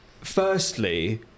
Firstly